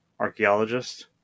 Archaeologist